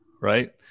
right